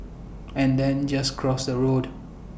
and then just cross the road